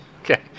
Okay